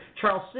Charles